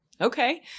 Okay